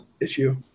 issue